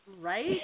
right